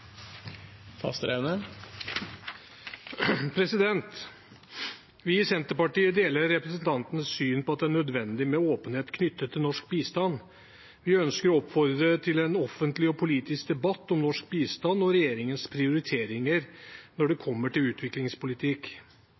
nødvendig med åpenhet knyttet til norsk bistand. Vi ønsker å oppfordre til en offentlig og politisk debatt om norsk bistand og regjeringens prioriteringer når det kommer til utviklingspolitikk.